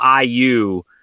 IU